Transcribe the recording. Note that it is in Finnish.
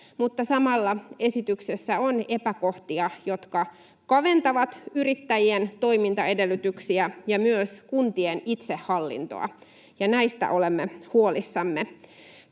mutta samalla esityksessä on epäkohtia, jotka kaventavat yrittäjien toimintaedellytyksiä ja myös kuntien itsehallintoa, ja näistä olemme huolissamme.